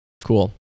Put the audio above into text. Cool